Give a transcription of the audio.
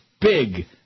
Big